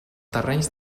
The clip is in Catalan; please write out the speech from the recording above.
terrenys